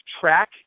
track